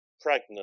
pregnant